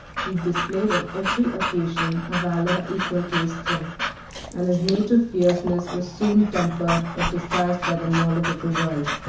he displayed on every occasion a valor equal to his strength and his native fierceness was soon tempered or disguised by the knowledge of the world.